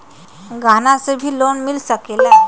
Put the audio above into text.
गहना से भी लोने मिल सकेला?